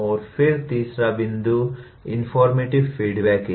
और फिर तीसरा बिंदु इन्फोर्मटिव फीडबैक है